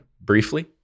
briefly